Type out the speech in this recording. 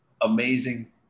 amazing